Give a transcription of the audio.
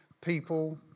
people